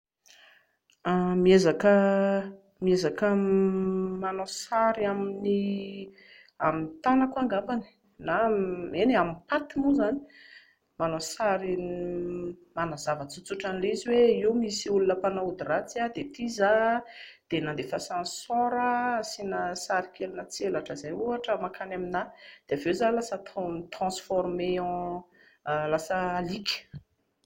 Miezaka manao sary amin'ny tanako aho angambany, eny e, amin'ny patte moa izany, manao sary manazava tsotsotra an'ilay izy hoe nisy olona mpanao ody ratsy dia ity izaho nandefasany sort aho, asiana sary kelina tselatra izay ohatra mankany amina dia avy eo aho lasa transformé en lasa alika